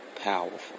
Powerful